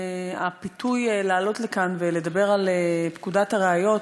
הפיתוי לעלות לכאן ולדבר על פקודת הראיות,